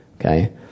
okay